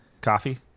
Coffee